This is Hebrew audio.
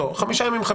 לא, חמישה ימים.